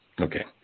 okay